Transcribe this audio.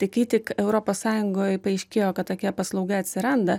tai kai tik europos sąjungoj paaiškėjo kad tokia paslauga atsiranda